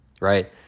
right